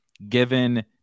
given